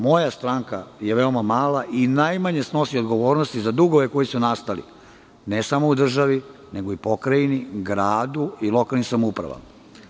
Moja stranka je veoma mala i najmanje snosi odgovornosti za dugove koji su nastali ne samo u državi, nego i u pokrajini, gradu i lokalnim samoupravama.